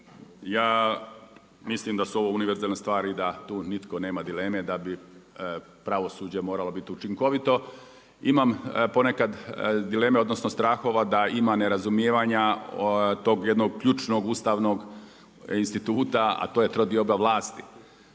Ja mislim da su ovo univerzalne stvari da tu nitko nema dileme da bi pravosuđe moralo biti učinkovito. Imam ponekad dileme, odnosno strahova da ima nerazumijevanja tog jednog ključnog, ustavnog instituta a to je trodioba vlasti.